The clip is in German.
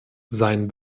sein